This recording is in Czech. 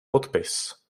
podpis